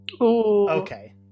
Okay